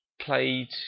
Played